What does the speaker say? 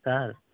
sir